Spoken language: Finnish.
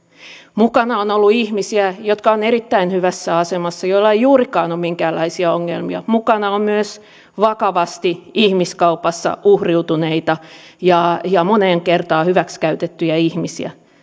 mukana on ollut ihmisiä jotka ovat erittäin hyvässä asemassa ja joilla ei juurikaan ole minkäänlaisia ongelmia mukana on myös vakavasti ihmiskaupassa uhriutuneita ja moneen kertaan hyväksikäytettyjä ihmisiä